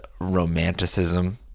romanticism